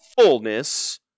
fullness